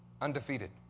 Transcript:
Undefeated